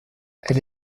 elle